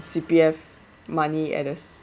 C_P_F money at this